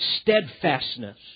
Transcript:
steadfastness